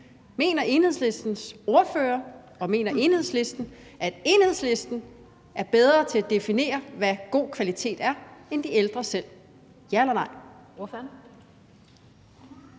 mener Enhedslisten, at Enhedslisten er bedre til at definere, hvad god kvalitet er, end de ældre selv – ja eller nej?